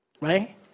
right